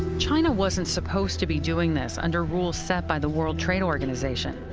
china wasn't supposed to be doing this under rules set by the world trade organization,